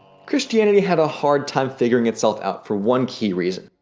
christianity had a hard time figuring itself out for one key reason.